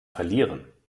verlieren